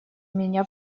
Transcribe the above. меня